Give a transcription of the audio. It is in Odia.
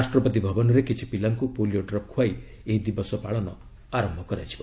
ରାଷ୍ଟ୍ରପତି ଭବନରେ କିଛି ପିଲାଙ୍କୁ ପୋଲିଓ ଡ୍ରପ୍ ଖୁଆଇ ଏହି ଦିବସ ପାଳନ ଆରମ୍ଭ କରାଯିବ